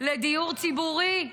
לדיור ציבורי,